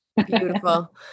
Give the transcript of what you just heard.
Beautiful